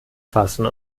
fassen